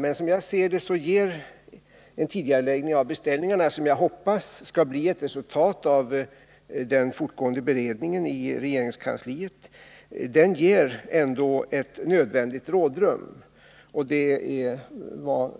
Men som jag ser det, ger tidigareläggning av beställningarna — som jag hoppas skall bli resultatet av den fortgående beredningen i regeringskansliet — ändå ett 113 nödvändigt rådrum, och det är vad